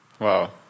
Wow